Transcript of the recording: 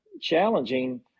challenging